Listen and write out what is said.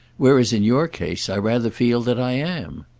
whereas in your case i rather feel that i am.